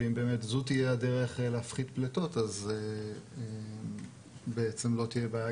ואם באמת זו תהיה הדרך להפחית פליטות בעצם לא תהיה בעיה